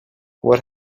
what